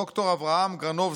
ד"ר אברהם גרנובסקי,